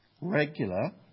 Regular